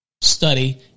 study